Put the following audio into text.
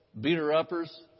beater-uppers